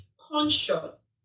conscious